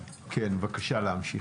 בבקשה, להמשיך.